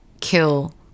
kill